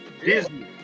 Disney